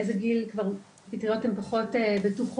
איזה גיל כבר פטריות הן פחות בטוחות,